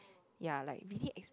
ya like really exp~